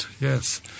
yes